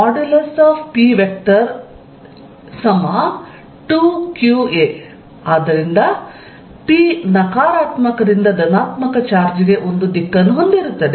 p2qa ಆದ್ದರಿಂದ p ನಕಾರಾತ್ಮಕದಿಂದ ಧನಾತ್ಮಕ ಚಾರ್ಜ್ಗೆ ಒಂದು ದಿಕ್ಕನ್ನು ಹೊಂದಿರುತ್ತದೆ